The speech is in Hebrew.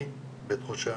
אני בתחושה